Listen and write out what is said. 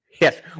Yes